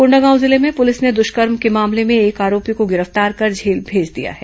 कोंडागांव जिले में पुलिस ने दृष्कर्म के मामले में एक आरोपी को गिरफ्तार कर जेल भेज दिया है